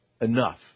enough